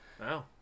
Wow